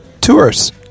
Tours